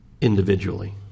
individually